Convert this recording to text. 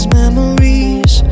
memories